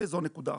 זאת נקודה אחת.